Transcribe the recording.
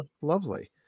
lovely